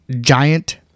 giant